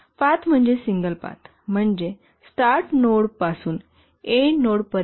पथ म्हणजे single path म्हणजे स्टार्ट नोडपासून एन्ड नोडपर्यंतचा कोणताही पाथ